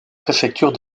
préfecture